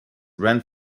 ran